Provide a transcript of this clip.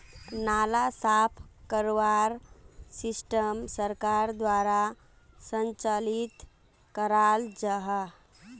नाला साफ करवार सिस्टम सरकार द्वारा संचालित कराल जहा?